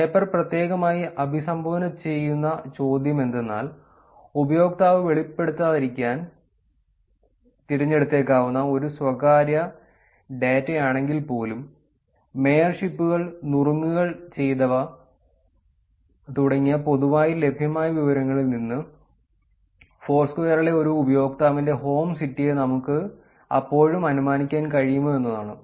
paper പ്രത്യേകമായി അഭിസംബോധന ചെയ്യുന്ന ചോദ്യം എന്തെന്നാൽ ഉപയോക്താവ് വെളിപ്പെടുത്താതിരിക്കാൻ തിരഞ്ഞെടുത്തേക്കാവുന്ന ഒരു സ്വകാര്യ ഡാറ്റയാണെങ്കിൽപ്പോലും മേയർഷിപ്പുകൾ നുറുങ്ങുകൾ ചെയ്തവ തുടങ്ങിയ പൊതുവായി ലഭ്യമായ വിവരങ്ങളിൽ നിന്ന് ഫോഴ്സ്ക്വയറിലെ ഒരു ഉപയോക്താവിന്റെ ഹോം സിറ്റിയെ നമുക്ക് അപ്പോഴും അനുമാനിക്കാൻ കഴിയുമോ എന്നതാണ്